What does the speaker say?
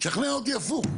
תשכנע אותי הפוך.